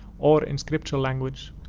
or, in scripture language,